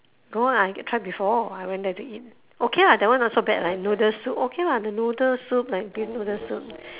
go I get try before I went there to eat okay lah that one not so bad lah noodle soup okay lah the noodle soup like beef noodle soup